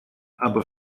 aber